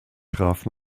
traf